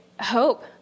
hope